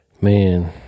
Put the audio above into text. Man